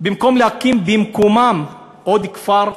להקים במקומם עוד כפר,